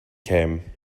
came